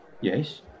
Yes